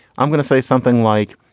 i'm going to say something like,